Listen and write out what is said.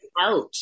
out